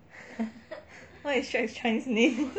what is shrek's chinese name